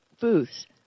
booths